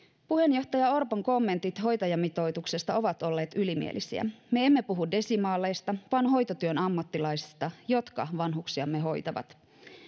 puheenjohtaja orpon kommentit hoitajamitoituksesta ovat olleet ylimielisiä me emme puhu desimaaleista vaan hoitotyön ammattilaisista jotka vanhuksiamme hoitavat